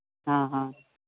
हाँ हाँ